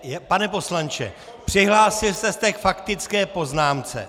Ne, pane poslanče, přihlásil jste se k faktické poznámce.